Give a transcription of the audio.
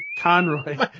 Conroy